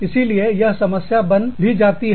इसीलिए यह समस्या बन भी जाती है